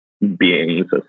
beings